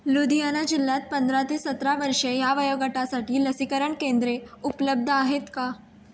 लुधियाना जिल्ह्यात पंधरा ते सतरा वर्षे ह्या वयोगटासाठी लसीकरण केंद्रे उपलब्ध आहेत का